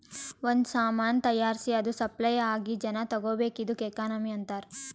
ಒಂದ್ ಸಾಮಾನ್ ತೈಯಾರ್ಸಿ ಅದು ಸಪ್ಲೈ ಆಗಿ ಜನಾ ತಗೋಬೇಕ್ ಇದ್ದುಕ್ ಎಕನಾಮಿ ಅಂತಾರ್